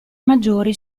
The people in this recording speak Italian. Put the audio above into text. maggiori